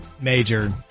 major